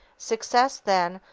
success, then,